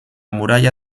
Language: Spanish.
muralla